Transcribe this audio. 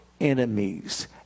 enemies